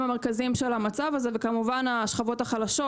המרכזיים של המצב וכמובן השכבות החלשות.